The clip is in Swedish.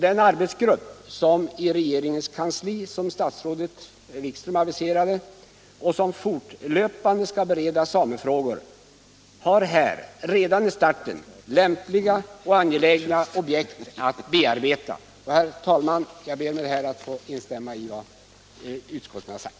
Den arbetsgrupp i regeringens kansli, som statsrådet Wikström aviserade och som fortlöpande skaft bereda samefrågor, har här redan i starten lämpliga och angelägna objekt att bearbeta. Herr talman! Jag ber härmed att få instämma i vad utskottet har sagt.